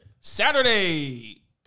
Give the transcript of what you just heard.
Saturday